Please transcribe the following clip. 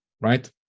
Right